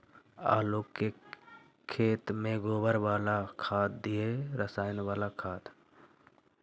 आलू के खेत में गोबर बाला खाद दियै की रसायन बाला खाद?